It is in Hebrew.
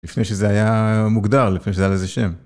לפני שזה היה... מוגדר, לפני שזה היה לזה שם.